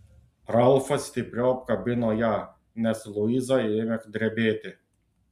ralfas stipriau apkabino ją nes luiza ėmė drebėti